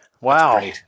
Wow